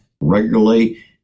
regularly